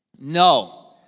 No